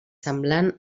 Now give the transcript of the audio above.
semblant